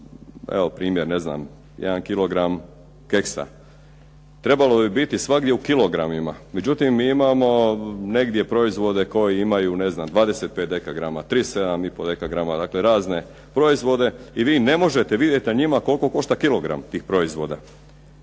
evo primjer, ne znam jedan kilogram keksa. Trebalo bi biti svagdje u kilogramima, međutim, mi imamo negdje proizvode koji imaju 25 dekagrama, 37,5 dekagrama, dakle razne proizvode i vi ne možete vidjeti na njima koliko košta kilogram tih proizvoda.